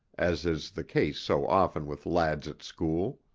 as is the case so often with lads at school.